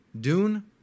Dune